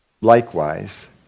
likewise